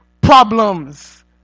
problems